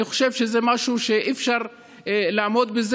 אני חושב שזה משהו שאי-אפשר לעמוד בו,